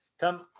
come